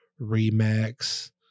Remax